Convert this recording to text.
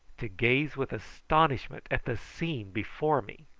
to gaze with astonishment at the scene before me.